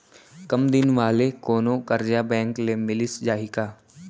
कम दिन वाले कोनो करजा बैंक ले मिलिस जाही का?